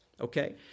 Okay